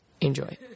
Enjoy